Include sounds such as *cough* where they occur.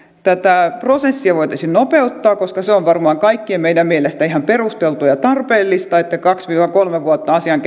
tätä prosessia voitaisiin nopeuttaa koska se on varmaan kaikkien meidän mielestä ihan perusteltua ja tarpeellista ja kaksi viiva kolme vuotta asian *unintelligible*